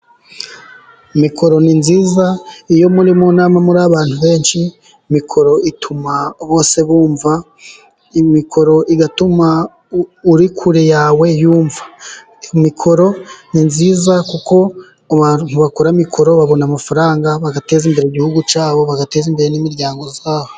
Mikoro ni nziza; iyo muri nama muri abantu benshi, mikoro ituma bose bumva, mikoro igatuma uri kure yawe yumva, mikoro ni nziza kuko abantu bakora mikoro babona amafaranga bagateza imbere igihugu cyabo, bagateza imbere n'imiryango yabo.